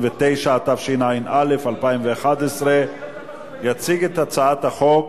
39), התשע"א 2011. יציג את הצעת החוק,